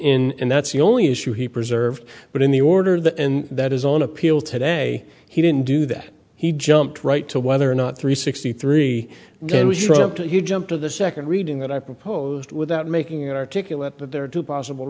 in and that's the only issue he preserved but in the order that and that is on appeal today he didn't do that he jumped right to whether or not three sixty three he jumped to the second reading that i proposed without making articulate but there are two possible